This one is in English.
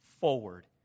forward